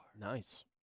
Nice